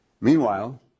Meanwhile